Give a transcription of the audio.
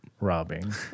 robbing